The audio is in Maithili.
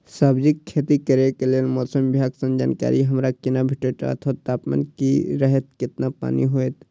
सब्जीके खेती करे के लेल मौसम विभाग सँ जानकारी हमरा केना भेटैत अथवा तापमान की रहैत केतना पानी होयत?